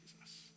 Jesus